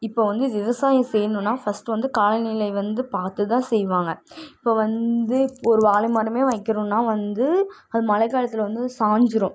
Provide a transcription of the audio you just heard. இப்போது வந்து விவசாயம் செய்யணும்னா ஃபஸ்ட்டு வந்து கால நிலை வந்து பார்த்து தான் செய்வாங்க இப்போது வந்து ஒரு வாழைமரமே வைக்கணும்னா வந்து அது மழைக்காலத்தில் வந்து சாஞ்சிடும்